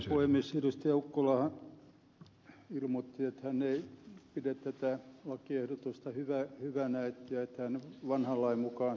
ukkola ilmoitti että hän ei pidä tätä lakiehdotusta hyvänä ja että hän vanhan lain mukaan saattoi tehdä hyvän vaali ilmoituksen